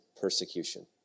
persecution